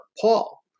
Paul